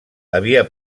havia